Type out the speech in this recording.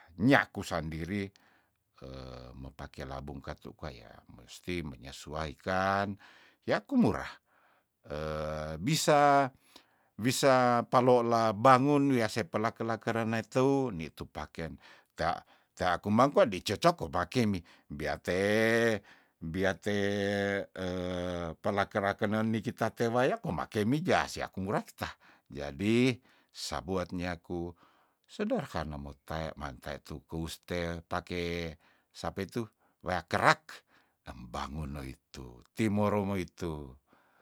Nyaku sandiri mepake labung katu kwa yah musti menyesuaikan yaku murah bisa wisa palola bangun wia se pela kela kerenei teu nitu pakean tea tea kuman ndi cocok wopake mi biate biate pelakera kenen nikita te waya komakei mija siaku murakta jadi sabuat nyaku sederhana motea mantae tu kous te pake sapa itu wea kerak embangun no itu timoromo itu.